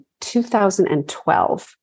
2012